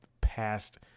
past